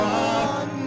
one